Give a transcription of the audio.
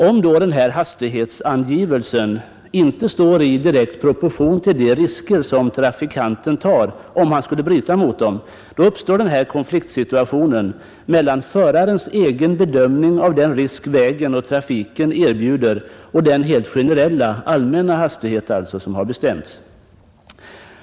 Om denna angivelse då inte står i direkt proportion till de risker trafikanten tar, om han skulle bryta mot den, uppstår en konfliktsituation mellan förarens egen bedömning av den risk vägen och trafiken skapar och den helt generella hastighet som har bestämts.